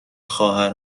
خواهر